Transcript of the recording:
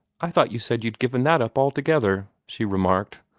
i thought you said you'd given that up altogether, she remarked.